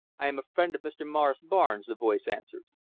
i am a friend of mr. morris barnes, the voice answered.